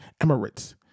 Emirates